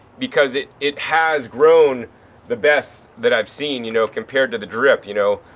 because it, it has grown the best that i have seen, you know, compared to the drip, you know.